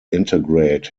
integrate